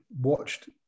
watched